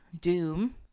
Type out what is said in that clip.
doom